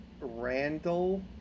Randall